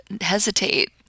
hesitate